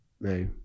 no